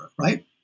right